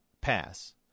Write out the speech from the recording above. pass